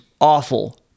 awful